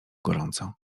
gorąco